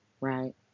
right